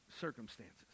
circumstances